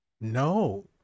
No